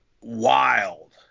wild